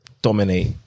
dominate